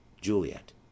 juliet